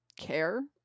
care